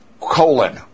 colon